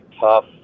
tough